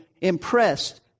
impressed